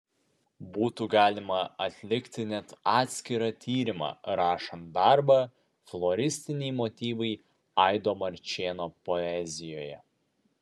būtų galima atlikti net atskirą tyrimą rašant darbą floristiniai motyvai aido marčėno poezijoje